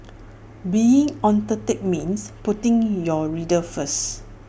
being authentic means putting your readers first